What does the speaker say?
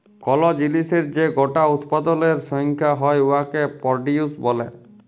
call জিলিসের যে গটা উৎপাদলের সংখ্যা হ্যয় উয়াকে পরডিউস ব্যলে